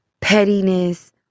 pettiness